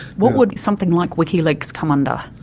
what would something like wikileaks come under?